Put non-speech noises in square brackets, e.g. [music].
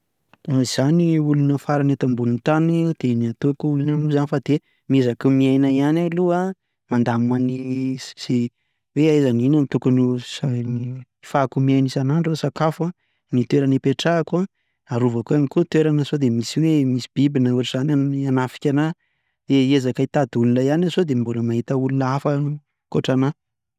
Raha izaho no olona farany eto ambonin'ny tany dia ny ataoko, inona moa izany fa dia miezaka ny miaina ihany aloha an, mandamina ny, ze [hesitation] hoe aiza, inona no tokony ahafahako miaina isan'andro an, ny sakafo an, ny toerana hipetrahako an, arovako ihany koa ny toerana sao dia misy hoe, misy biby na otran'izany hanafika an'ahy an, dia hiezaka hitady olona ihany aho sao dia mbola misy olona ankoatra an'ahy.